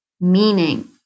meaning